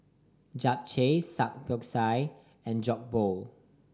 Japchae Samgyeopsal and Jokbal